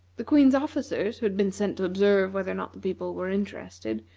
the queen's officers, who had been sent to observe whether or not the people were interested,